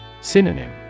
Synonym